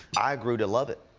i grew to love it.